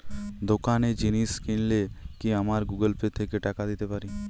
দোকানে জিনিস কিনলে কি আমার গুগল পে থেকে টাকা দিতে পারি?